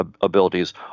abilities